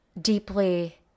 deeply